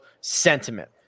sentiment